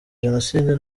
jenoside